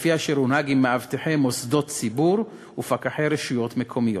כפי שהונהג עם מאבטחי מוסדות ציבור ופקחי רשויות מקומיות.